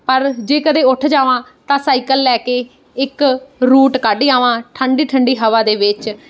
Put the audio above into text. ਪਰ ਜੇ ਕਦੇ ਉੱਠ ਜਾਵਾਂ ਤਾਂ ਸਾਈਕਲ ਲੈ ਕੇ ਇੱਕ ਰੂਟ ਕੱਢ ਆਵਾਂ ਠੰਢੀ ਠੰਢੀ ਹਵਾ ਦੇ ਵਿੱਚ